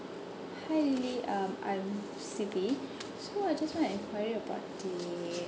hi lily um I'm siti so I just want to enquiry about the